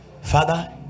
Father